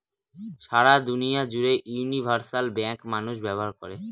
সারা দুনিয়া জুড়ে universal bank মানুষ ব্যবহার করে